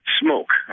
smoke